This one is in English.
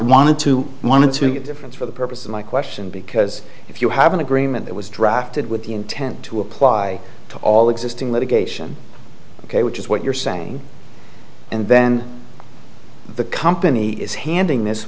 wanted to wanted to make a difference for the purpose of my question because if you have an agreement that was drafted with the intent to apply to all existing litigation ok which is what you're saying and then the company is handing this